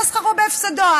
יצא שכרו בהפסדו.